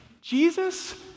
Jesus